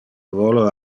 volo